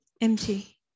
empty